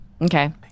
okay